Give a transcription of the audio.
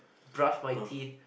plus brush teeth